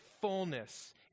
fullness